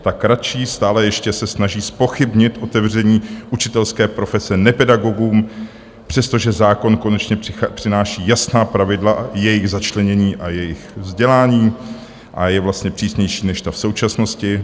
Ta kratší stále ještě se snaží zpochybnit otevření učitelské profese nepedagogům, přestože zákon konečně přináší jasná pravidla, jejich začlenění a jejich vzdělání a je vlastně přísnější než ta v současnosti.